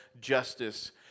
justice